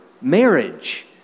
marriage